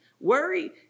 Worry